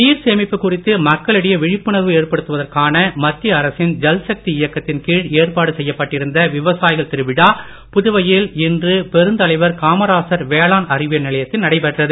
நீர் சேமிப்பு குறித்து மக்களிடையே விழிப்புணர்வு ஏற்படுத்துவதற்கான மத்திய அரசின் ஜல்சக்தி இயக்கத்தின் கீழ் ஏற்பாடு செய்யப்பட்டிருந்த விவசாயிகள் திருவிழா புதுவையில் இன்று பெருந்தலைவர் காமராசர் வேளாண் அறிவியல் நிலையத்தில் நடைபெற்றது